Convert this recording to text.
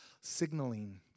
signaling